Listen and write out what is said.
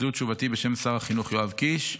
זו תשובתי בשם שר החינוך יואב קיש.